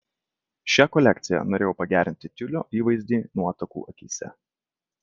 šia kolekcija norėjau pagerinti tiulio įvaizdį nuotakų akyse